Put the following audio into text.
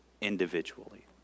individually